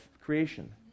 creation